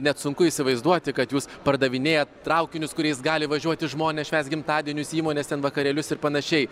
net sunku įsivaizduoti kad jūs pardavinėjat traukinius kuriais gali važiuoti žmonės švęst gimtadienius įmonės ten vakarėlius ir panašiai